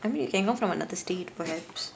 I mean you can go from another state perhaps